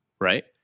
right